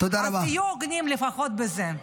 אז תהיו הוגנים לפחות בזה.